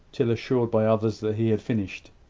till assured by others that he had finished.